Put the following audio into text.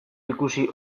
ikusi